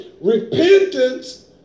repentance